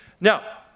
Now